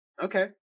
okay